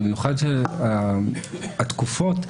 במיוחד התקופות,